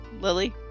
Lily